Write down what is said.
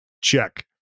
check